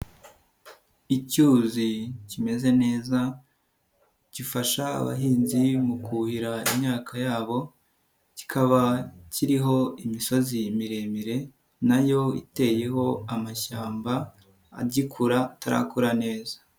Icyuzi kimeze neza gifasha abahinzi mu kuhira imyaka yabo kikaba kiriho imisozi miremire na yo iteyeho amashyamba agikura atarakura neza.